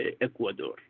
Ecuador